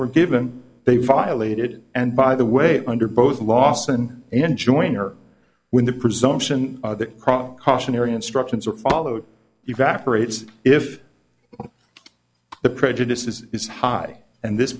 were given they violated and by the way under both lawson enjoin or when the presumption that cautionary instructions are followed evaporates if the prejudice is is high and this